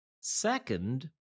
Second